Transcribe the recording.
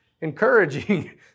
encouraging